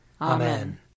Amen